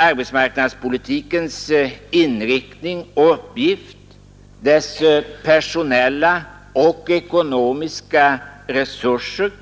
Arbetsmarknadspolitikens inriktning och uppgift, dess personella och ekonomiska resurser måste